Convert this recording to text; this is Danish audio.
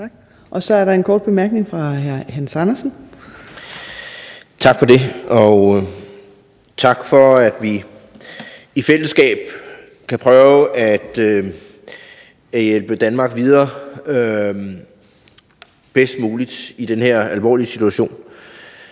Så er der en kort bemærkning fra hr. Hans Andersen. Kl. 13:55 Hans Andersen (V): Tak for det, og tak for, at vi i fællesskab kan prøve at hjælpe Danmark bedst muligt videre i den her alvorlige situation.